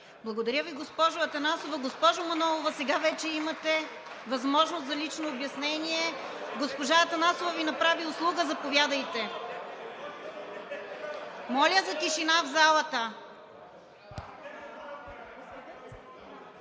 Благодаря Ви, госпожо Атанасова. Госпожо Манолова, сега вече имате възможност за лично обяснение, госпожа Атанасова Ви направи услуга – заповядайте. (Шум и реплики.) Моля за тишина в залата!